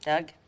Doug